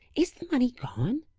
is the money gone?